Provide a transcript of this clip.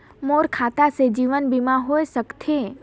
मोर खाता से जीवन बीमा होए सकथे?